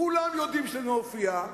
כולם יודעים שזה מופיע.